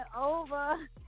over